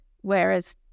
whereas